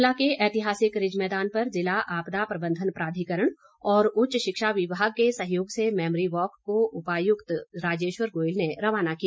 शिमला के ऐतिहासिक रिज मैदान पर जिला आपदा प्रबंधन प्राधिकरण और उच्च शिक्षा विभाग के सहयोग से मैमोरी वॉक को उपायुक्त राजेश्वर गोयल ने रवाना किया